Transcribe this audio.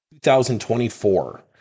2024